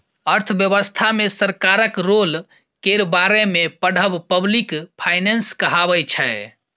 अर्थव्यवस्था मे सरकारक रोल केर बारे मे पढ़ब पब्लिक फाइनेंस कहाबै छै